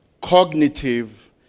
cognitive